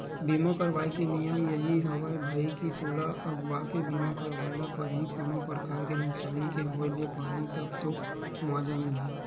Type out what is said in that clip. बीमा करवाय के नियम यही हवय भई के तोला अघुवाके बीमा करवाय ल परही कोनो परकार के नुकसानी के होय ले पहिली तब तो मुवाजा मिलही